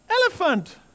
elephant